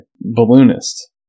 balloonist